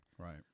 Right